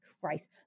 Christ